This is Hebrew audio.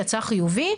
יצא חיובי,